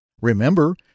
Remember